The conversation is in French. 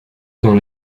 dans